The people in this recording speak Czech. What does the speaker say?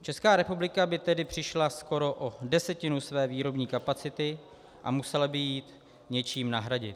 Česká republika by tedy přišla skoro o desetinu své výrobní kapacity a musela by ji něčím nahradit.